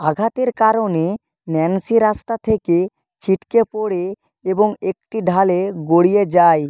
আঘাতের কারণে ন্যান্সি রাস্তা থেকে ছিটকে পড়ে এবং একটি ঢালে গড়িয়ে যায়